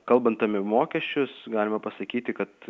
kalbant apie mokesčius galima pasakyti kad